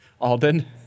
Alden